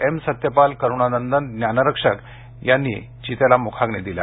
M Satyapal Karunanandan Gyanrakshak यांनी चितेला मुखाग्नी दिला